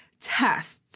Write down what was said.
tests